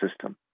system